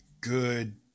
good